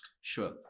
Sure